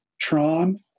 Tron